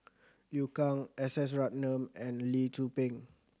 Liu Kang S S Ratnam and Lee Tzu Pheng